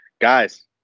guys